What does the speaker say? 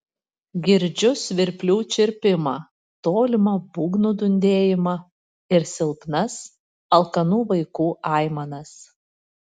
girdžiu svirplių čirpimą tolimą būgnų dundėjimą ir silpnas alkanų vaikų aimanas